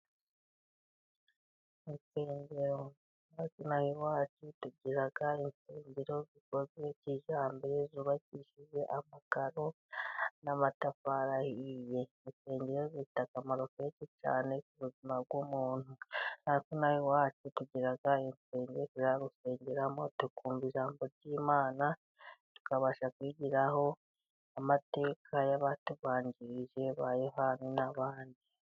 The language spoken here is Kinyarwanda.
Mu nsengero z'inaha iwacu tugira insengero zubatse kijyambere. Zubakishije amakaro n'amatafari ahiye. Insengero zifite akamaro kenshi cyane, ku buzima bw'umuntu. Inaha iwacu, tugira insengero ,turusengeramo tukumva ijambo ry'Imana, tukabasha kwiga amateka y'abatubanjirije , ba Yohana n'abandi.